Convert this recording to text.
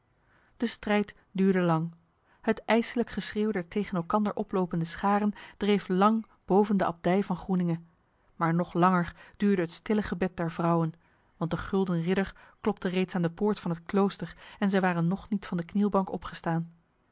de strijd duurde lang het ijselijk geschreeuw der tegen elkander oplopende scharen dreef lang boven de abdij van groeninge maar nog langer duurde het stille gebed der vrouwen want de gulden ridder klopte reeds aan de poort van het klooster en zij waren nog niet van de knielbank opgestaan